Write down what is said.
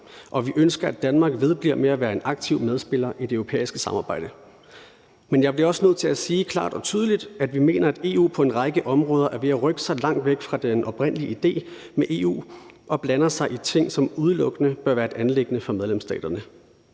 og vi ønsker, at Danmark vedbliver med at være en aktiv medspiller i det europæiske samarbejde. Men jeg bliver også nødt til at sige klart og tydeligt, at vi mener, at EU på en række områder er ved at rykke sig langt væk fra den oprindelige idé med EU og blander sig i ting, som udelukkende bør være et anliggende for medlemsstaterne.